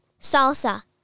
salsa